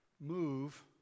move